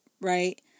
right